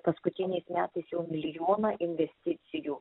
paskutiniais metais jau milijoną investicijų